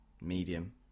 medium